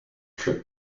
trip